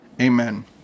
Amen